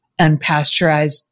unpasteurized